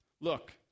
Look